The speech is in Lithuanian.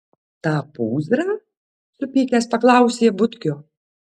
tą pūzrą supykęs paklausė butkio